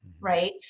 right